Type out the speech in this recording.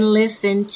listen